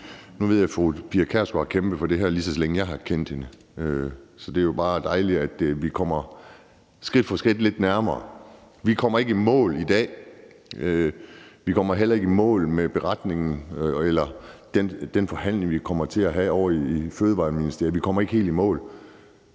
Nu ved jeg, at fru Pia Kjærsgaard har kæmpet for det her, lige så længe jeg har kendt hende, så det er jo bare dejligt, at vi skridt for skridt kommer det lidt nærmere. Vi kommer ikke i mål i dag, og vi kommer heller ikke i mål med det med beretningen eller den forhandling, vi kommer til at have ovre i Fødevareministeriet. Vi kommer ikke helt i mål,